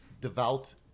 devout